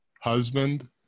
husband